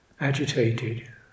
agitated